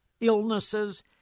illnesses